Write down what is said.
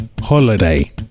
holiday